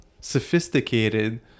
sophisticated